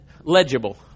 legible